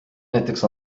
näiteks